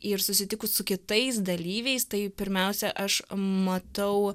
ir susitikus su kitais dalyviais tai pirmiausia aš matau